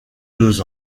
deux